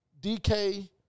DK